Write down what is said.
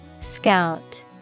Scout